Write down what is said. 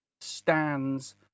stands